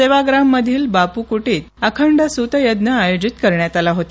सेवाप्राममधील बाप्रकुटीत अखंड सुतयज्ञ आयोजित करण्यात आला होता